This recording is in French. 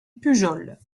pujol